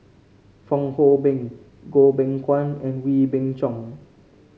Fong Hoe Beng Goh Beng Kwan and Wee Beng Chong